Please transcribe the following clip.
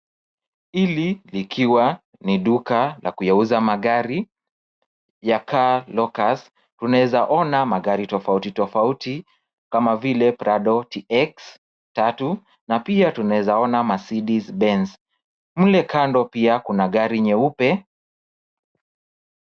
Hili likiwa ni duka la kuyauza magari ya Car Lockers. Tunaezaona magari tofauti tofauti kama vile Prado TX tatu na pia tunaezaona Mercedes Benz. Mle kando pia kuna gari nyeupe.